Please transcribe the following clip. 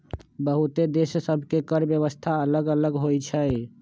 बहुते देश सभ के कर व्यवस्था अल्लग अल्लग होई छै